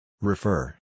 Refer